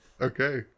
Okay